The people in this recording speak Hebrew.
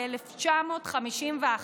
ב-1951,